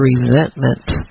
resentment